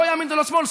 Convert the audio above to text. לא ימין ולא שמאל,